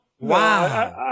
Wow